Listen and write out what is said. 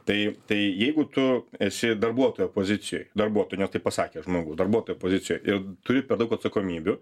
tai tai jeigu tu esi darbuotojo pozicijoj darbuotojo ne tai pasakė žmogus darbuotojo pozicijoj ir turi per daug atsakomybių